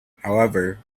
however